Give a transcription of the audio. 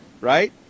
Right